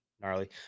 gnarly